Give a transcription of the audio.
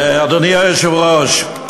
אדוני היושב-ראש,